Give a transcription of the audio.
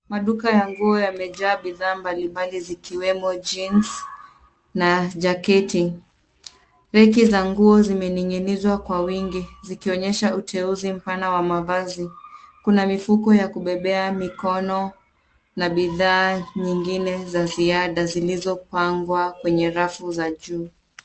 Maduka ya nguo yamejaa bidhaa mbalimbali zikiwemo jeans na jaketi. Reki za nguo zimening'inizwa kwa wingi zikionyesha uteuzi mpana wa mavazi. Kuna mifuko ya kubebea mikono na bidhaa nyingine za ziada zilizopangwa kwenye rafu za juu.